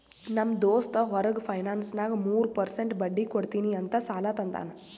ನಮ್ ದೋಸ್ತ್ ಹೊರಗ ಫೈನಾನ್ಸ್ನಾಗ್ ಮೂರ್ ಪರ್ಸೆಂಟ್ ಬಡ್ಡಿ ಕೊಡ್ತೀನಿ ಅಂತ್ ಸಾಲಾ ತಂದಾನ್